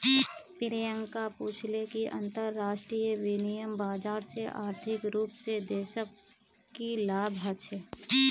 प्रियंका पूछले कि अंतरराष्ट्रीय विनिमय बाजार से आर्थिक रूप से देशक की लाभ ह छे